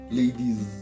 ladies